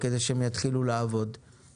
על כך שהאפליה אינה במקומה,